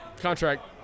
contract